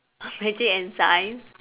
magic and science